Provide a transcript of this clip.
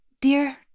dear